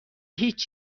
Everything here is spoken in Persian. هیچ